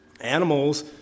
Animals